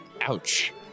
Ouch